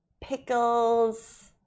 pickles